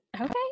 Okay